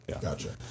Gotcha